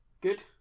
Good